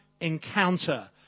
encounter